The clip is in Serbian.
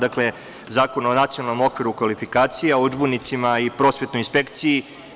Dakle, zakon o nacionalnom okviru kvalifikacija, o udžbenicima i prosvetnoj inspekciji.